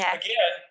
again